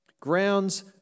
grounds